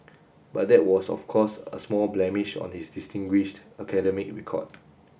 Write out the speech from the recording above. but that was of course a small blemish on his distinguished academic record